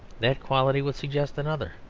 that quality would suggest another.